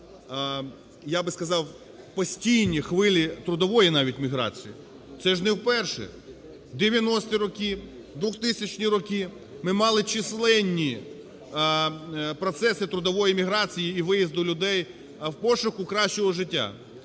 я би сказав, постійні хвилі трудової навіть міграції. Це ж не вперше: в 90-і роки, в 2000-і роки ми мали численні процеси трудової міграції і виїзду людей в пошуку кращого життя.